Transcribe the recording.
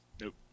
nope